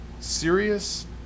serious